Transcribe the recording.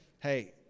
Hey